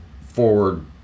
forward